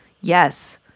yes